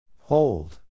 Hold